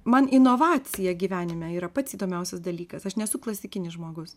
man inovacija gyvenime yra pats įdomiausias dalykas aš nesu klasikinis žmogus